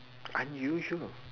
unusual